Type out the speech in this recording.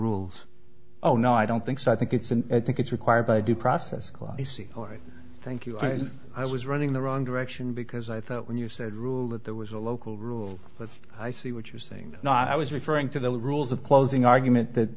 rule oh no i don't think so i think it's and i think it's required by due process clause you see thank you i was running the wrong direction because i thought when you said that there was a local rule but i see what you're saying not i was referring to the rules of closing argument that